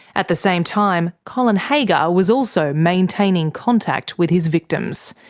at the same time, colin haggar was also maintaining contact with his victims.